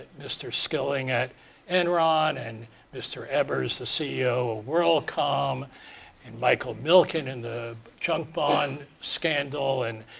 mr. skilling at enron and mr. ebbers the ceo of worldcom and michael milken and the junk bond scandal, and